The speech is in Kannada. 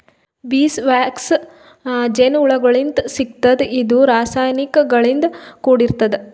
ಬೀಸ್ ವ್ಯಾಕ್ಸ್ ಜೇನಹುಳಗೋಳಿಂತ್ ಸಿಗ್ತದ್ ಇದು ರಾಸಾಯನಿಕ್ ಗಳಿಂದ್ ಕೂಡಿರ್ತದ